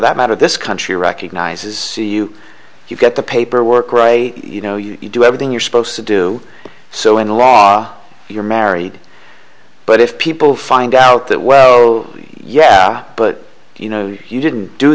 that matter this country recognizes you if you get the paperwork right you know you do everything you're supposed to do so in the law you're married but if people find out that well yeah but you know you didn't do